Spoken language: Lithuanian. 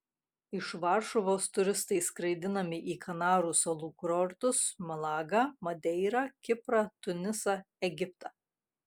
iš varšuvos turistai skraidinami į kanarų salų kurortus malagą madeirą kiprą tunisą egiptą